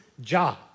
job